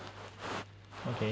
okay